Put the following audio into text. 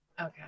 Okay